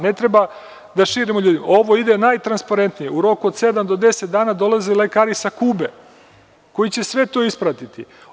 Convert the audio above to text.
Ne treba da širimo ljudima, ovo ide najtransparentnije u roku od 7 do 10 dana dolaze lekari sa Kube koji će sve to ispratiti.